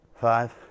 five